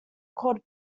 called